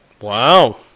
Wow